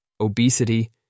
obesity